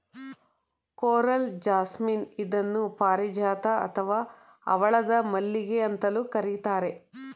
coral jasmine ಇದನ್ನು ಪಾರಿಜಾತ ಅಥವಾ ಹವಳದ ಮಲ್ಲಿಗೆ ಅಂತಲೂ ಕರಿತಾರೆ